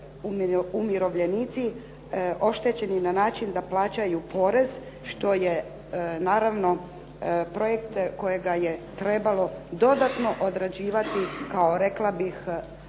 umirovljenici oštećeni na način da plaćaju porez što je naravno projekt kojega je trebalo dodatno odrađivati kao rekla bih